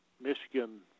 Michigan